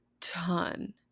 ton